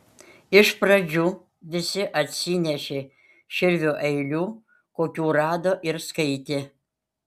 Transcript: iš pradžių visi atsinešė širvio eilių kokių rado ir skaitė